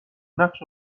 نقش